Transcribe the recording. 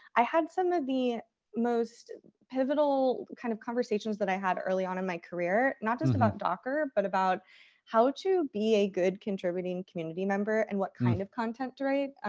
i had some of the most pivotal kind of conversations that i had early on in my career. not just about docker, but about how to be a good contributing community member and what kind of content to write.